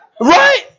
Right